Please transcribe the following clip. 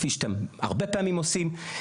כפי שאתם הרבה פעמים עושים.